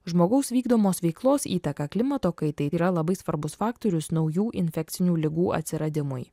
žmogaus vykdomos veiklos įtaka klimato kaitai yra labai svarbus faktorius naujų infekcinių ligų atsiradimui